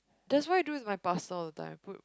that's what I do with my pasta all the time